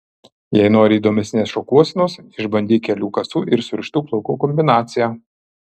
jei nori įdomesnės šukuosenos išbandyk kelių kasų ir surištų plaukų kombinaciją